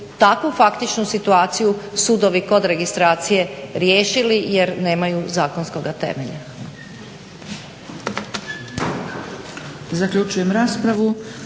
takvu faktičnu situaciju sudovi kod registracije riješili jer nemaju zakonskoga temelja.